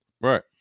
Right